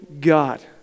God